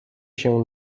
się